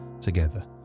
together